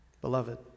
Beloved